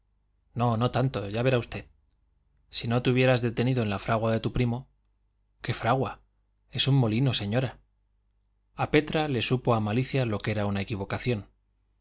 no no tanto ya verá usted si no te hubieras detenido en la fragua de tu primo qué fragua es un molino señora a petra le supo a malicia lo que era una equivocación